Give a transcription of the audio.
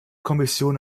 kommission